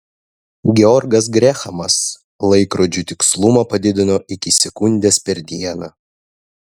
georgas grehamas laikrodžių tikslumą padidino iki sekundės per dieną